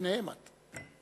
לפניהם את.